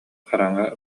хараҥа